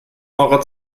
eurer